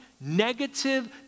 negative